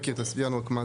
תסביר רק מה זה.